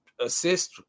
assist